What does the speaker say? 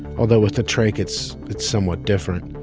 although with the trach, it's it's somewhat different.